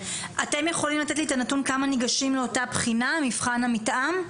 אתם יכולים לתת לי את הנתון כמה ניגשים למבחן המתאם?